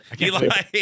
Eli